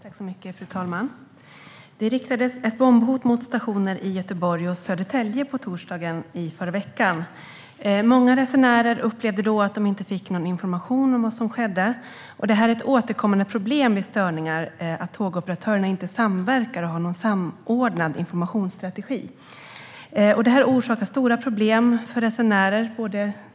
Fru talman! Det riktades bombhot mot stationer i Göteborg och Södertälje på torsdagen i förra veckan. Många resenärer upplevde då att de inte fick någon information om vad som skedde. Det är ett återkommande problem vid störningar att tågoperatörerna inte samverkar och har någon samordnad informationsstrategi. Detta orsakar stora problem för resenärer.